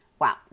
Wow